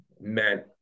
meant